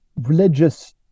religious